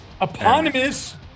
eponymous